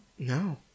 No